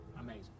amazing